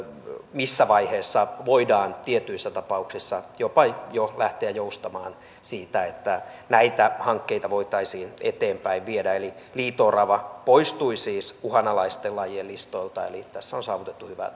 missä vaiheessa voidaan tietyissä tapauksissa jopa jo lähteä siitä joustamaan niin että näitä hankkeita voitaisiin eteenpäin viedä eli liito orava poistui siis uhanalaisten lajien listoilta eli tässä on saavutettu hyvää